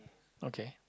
okay